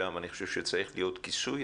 שם אני חושב שצריך להיות כיסוי,